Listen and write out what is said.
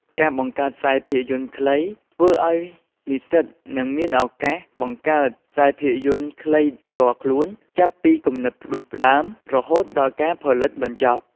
ការបង្កើតខ្សែភាពយន្តខ្លី ធ្វើឲ្យនិស្សិតនឹងមានឱកាសបង្កើតខ្សែភាពយន្តខ្លីផ្ទាល់ខ្លួន ចាប់ពីគំនិតផ្ដួចផ្ដើម រហូតដល់ការផលិតបញ្ចប់។